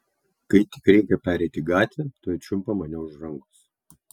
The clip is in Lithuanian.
kai tik reikia pereiti gatvę tuoj čiumpa mane už rankos